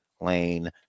lane